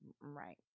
Right